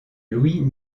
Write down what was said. louis